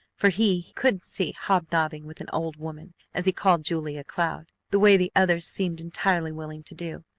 for he couldn't see hobnobbing with an old woman, as he called julia cloud, the way the others seemed entirely willing to do.